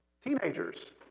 Teenagers